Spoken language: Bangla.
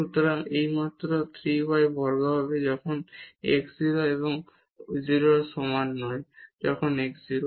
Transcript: সুতরাং এটি মাত্র 3 y বর্গ হবে যখন x 0 এবং 0 এর সমান নয় যখন x 0